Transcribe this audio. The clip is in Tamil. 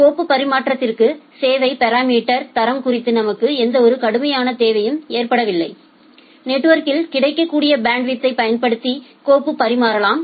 கோப்பு பரிமாற்றத்திற்கு சேவை பாராமீட்டர் தரம் குறித்து நமக்கு எந்தவொரு கடுமையான தேவையும் ஏற்படவில்லை நெட்வொர்க்கில் கிடைக்கக்கூடிய பேண்ட்வித்யை பயன்படுத்தி கோப்பு பரிமாறலாம்